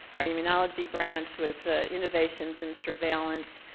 our immunology branch with the innovations and surveillance,